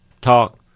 talk